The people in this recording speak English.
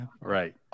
Right